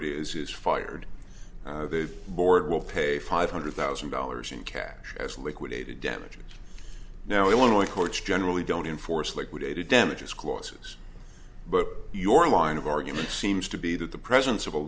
it is is fired the board will pay five hundred thousand dollars in cash as liquidated damages now i want to courts generally don't enforce liquidated damages clauses but your line of argument seems to be that the presence of a